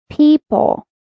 people